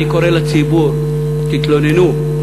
אני קורא לציבור: תתלוננו,